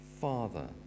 Father